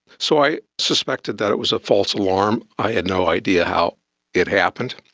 so i suspected that it was a false alarm. i had no idea how it happened.